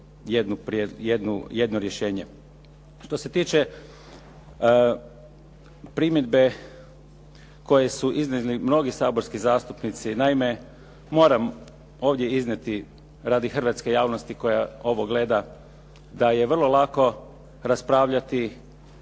jedno rješenje. Što se tiče primjedbe koje su iznijeli mnogi saborski zastupnici. Naime, moram ovdje iznijeti radi hrvatske javnosti koja ovo gleda, da je vrlo lako raspravljati